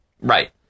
Right